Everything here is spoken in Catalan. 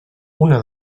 una